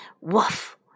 Woof